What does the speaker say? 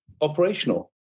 operational